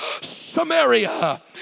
Samaria